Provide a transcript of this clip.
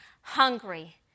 Hungry